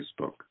Facebook